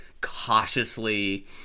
cautiously